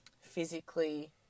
physically